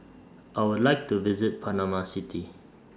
I Would like to visit Panama City